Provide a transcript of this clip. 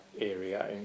area